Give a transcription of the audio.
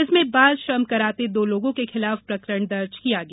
इसमें बालश्रम कराते दो लोगों के खिलाफ प्रकरण दर्ज किया गया